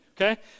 Okay